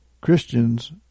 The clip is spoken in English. Christians